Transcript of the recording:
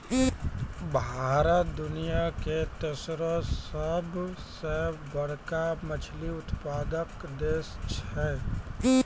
भारत दुनिया के तेसरो सभ से बड़का मछली उत्पादक देश छै